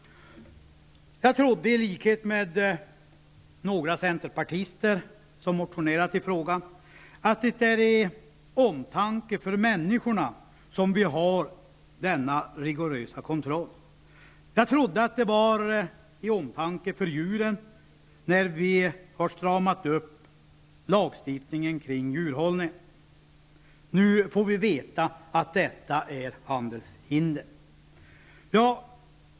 Jag trodde i likhet med några centerpartister som motionerat i frågan att det är av omtanke om människorna som vi har denna rigorösa kontroll. Jag trodde också att det var av omtanke om djuren som vi stramat upp lagstiftningen kring djurhållningen. Nu får vi veta att detta är handelshinder.